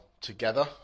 together